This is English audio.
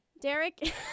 Derek